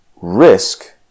Risk